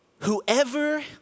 Whoever